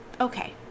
okay